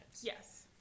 Yes